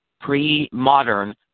pre-modern